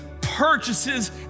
purchases